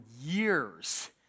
years